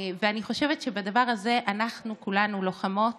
אני חושבת שבדבר הזה אנחנו כולנו לוחמות